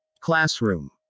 Classroom